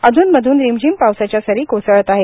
अधूनमधून रिमझिम पावसाच्या सरी कोसळत आहेत